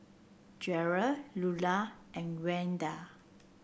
Gearld Lulla and Gwenda